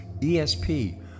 ESP